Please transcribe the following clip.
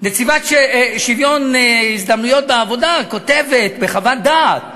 נציבת שוויון הזדמנויות בעבודה כותבת בחוות דעת